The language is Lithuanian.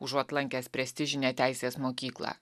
užuot lankęs prestižinę teisės mokyklą